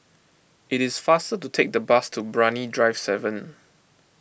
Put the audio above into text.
it is faster to take the bus to Brani Drive seven